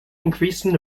increasing